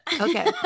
okay